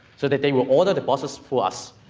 so that they will order the boxes for us,